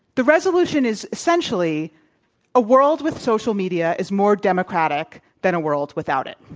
the resolution is essentially a world with social media is more democratic than a world without it.